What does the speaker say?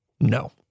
No